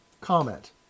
Comment